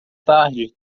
tarde